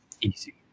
easy